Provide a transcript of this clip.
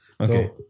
Okay